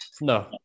No